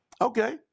Okay